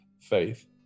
faith